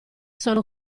sono